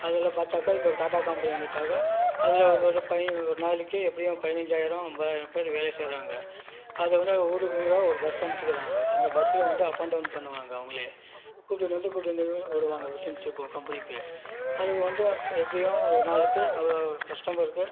அதில் பாத்தாக்க இப்போ டாட்டா கம்பெனி வந்துவிட்டாங்க அதில் ஒரு பைன ஒரு நாளைக்கு எப்படியும் பதினாஞ்சாயிரம் ஐம்பதாயிரம் பேர் வேலை செய்கிறாங்க அதில் வந்து ஊர் பூராக ஒரு பஸ் அனுப்பிச்சிக்கிறாங்க அந்த பஸில் வந்து அப் அண்ட் டவுன் பண்ணுவாங்க அவங்களே கூப்பிட்டுனு வந்து கூப்பிட்டு வந்து விடுவாங்க வித் இன் கம்பெனிக்கு அது வந்து எப்படியும் ஒரு நாளைக்கு ஒரு கஸ்டமருக்கு